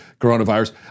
coronavirus